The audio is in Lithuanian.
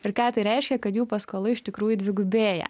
ir ką tai reiškia kad jų paskola iš tikrųjų dvigubėja